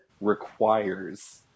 requires